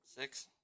Six